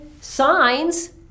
signs